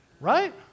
right